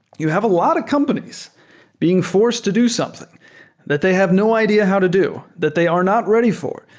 you have a lot of companies being forced to do something that they have no idea how to do, that they are not ready for,